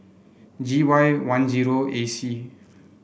G Y one zero A C